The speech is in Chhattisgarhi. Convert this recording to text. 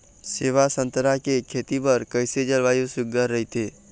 सेवा संतरा के खेती बर कइसे जलवायु सुघ्घर राईथे?